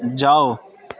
جاؤ